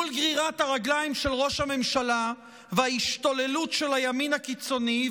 מול גרירת הרגליים של ראש הממשלה וההשתוללות של הימין הקיצוני,